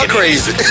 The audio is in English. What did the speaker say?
crazy